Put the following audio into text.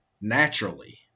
naturally